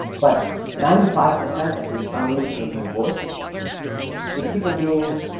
but ninety five percent of these unleashing of new voices is people being